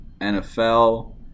NFL